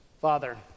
Father